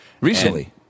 recently